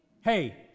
hey